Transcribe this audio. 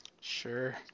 Sure